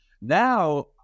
Now